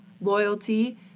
loyalty